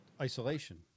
isolation